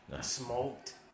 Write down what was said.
Smoked